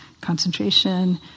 concentration